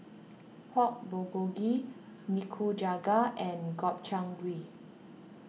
Pork Bulgogi Nikujaga and Gobchang Gui